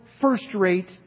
first-rate